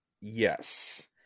yes